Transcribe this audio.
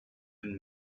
and